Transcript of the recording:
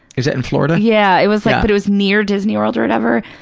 is that in florida? yeah. it was like, but it was near disney world or whatever,